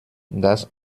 dass